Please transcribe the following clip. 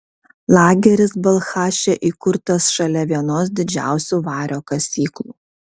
lageris balchaše įkurtas šalia vienos didžiausių vario kasyklų